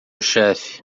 chefe